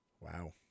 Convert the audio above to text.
wow